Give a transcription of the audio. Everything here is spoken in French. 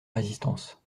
résistance